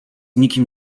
nikim